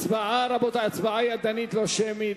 הצבעה ידנית ולא שמית.